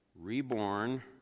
reborn